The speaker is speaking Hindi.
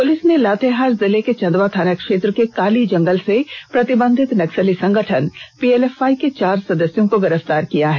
पुलिस ने लातेहार जिले के चंदवा थाना क्षेत्र के काली जंगल से प्रतिबंधित नक्सली संगठन पीएलएफआई के चार सदस्यों को गिरफ्तार किया है